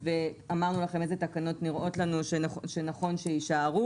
התקנות ואמרנו לכם איזה תקנות נראות לנו שנכון שיישארו.